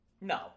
No